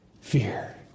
fear